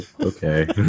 okay